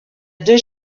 deux